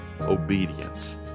obedience